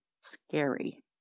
scary